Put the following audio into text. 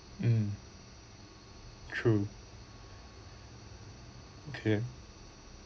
um true okay